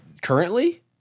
currently